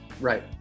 Right